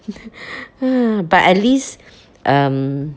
but at least um